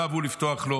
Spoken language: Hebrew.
ולא אבו לפתוח לו"